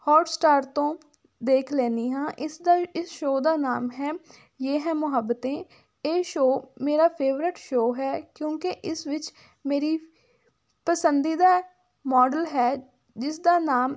ਹੋਟਸਟਾਰ ਤੋਂ ਦੇਖ ਲੈਦੀ ਹਾਂ ਇਸ ਦਾ ਇਸ ਸ਼ੋਅ ਦਾ ਨਾਮ ਹੈ ਯੇੇ ਹੈ ਮੁਹੱਬਤੇ ਇਹ ਸ਼ੋਅ ਮੇਰਾ ਫੇਵਰਟ ਸ਼ੋਅ ਹੈ ਕਿਉਂਕਿ ਇਸ ਵਿੱਚ ਮੇਰੀ ਪਸੰਦੀਦਾ ਮਾਡਲ ਹੈ ਜਿਸਦਾ ਨਾਮ